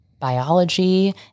biology